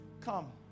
Come